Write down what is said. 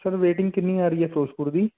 sir waiting ਕਿੰਨੀ ਆ ਰਹੀ ਐ ਫਿਰੋਜਪੁਰ ਦੀ